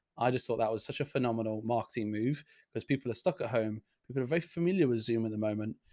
i just thought that was such a phenomenal marketing move because people are stuck at home. people are very familiar with zoom at the moment,